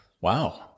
Wow